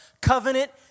covenant